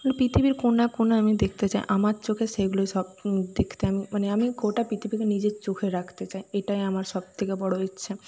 আমি পৃথিবীর কোনা কোনায় আমি দেখতে চাই আমার চোখে সেইগুলোই সব দেখতে আমি মানে আমিও গোটা পৃথিবীকে নিজের চোখে রাখতে চাই এটাই আমার সব থেকে বড়ো ইচ্ছে